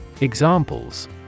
Examples